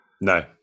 No